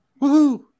Woohoo